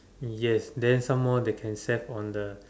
yes then some more they can set on the